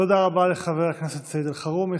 תודה רבה לחבר הכנסת סעיד אלחרומי.